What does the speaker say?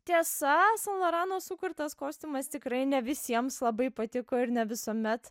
tiesa san lorano sukurtas kostiumas tikrai ne visiems labai patiko ir ne visuomet